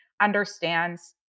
understands